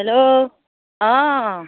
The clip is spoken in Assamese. হেল্ল' অঁ